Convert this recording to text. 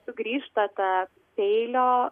sugrįžta ta peilio